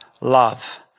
love